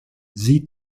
sie